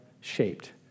shaped